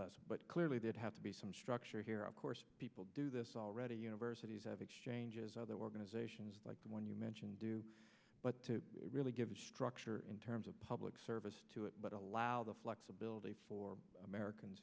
left but clearly they'd have to be some structure here of course people do this already universities have exchanges other organisations like the one you mentioned do but to really give a structure in terms of public service to it but allow the flexibility for americans